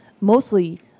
mostly